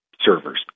servers